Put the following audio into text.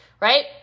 right